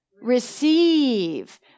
Receive